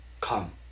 Come